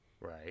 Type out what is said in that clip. Right